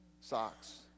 socks